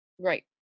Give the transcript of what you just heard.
right